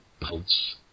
pulse